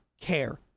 care